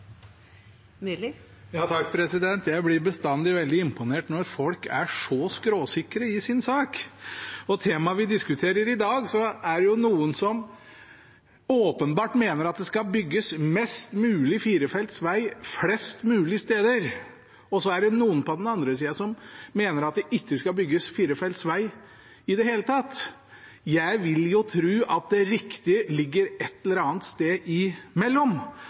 så skråsikre i sin sak. Om temaet vi diskuterer i dag, er det noen som åpenbart mener at det skal bygges mest mulig firefeltsveg flest mulig steder, og så er det noen på den andre sida som mener at det ikke skal bygges firefeltsveg i det hele tatt. Jeg vil tro at det riktige ligger et eller annet sted imellom, og jeg må si at jeg synes samferdselsministeren hadde en veldig fornuftig og balansert tilnærming i